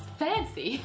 fancy